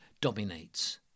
dominates